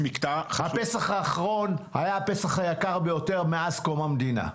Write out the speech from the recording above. פסח האחרון היה פסח היקר ביותר מאז קום המדינה.